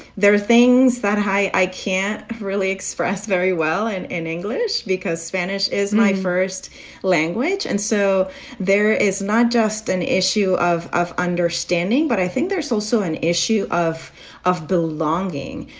there are things that i i can't really express very well and in english because spanish is my first language. and so there is not just an issue of of understanding. but i think there's also an issue of of belonging,